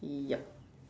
ya